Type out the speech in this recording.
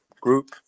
group